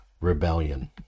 rebellion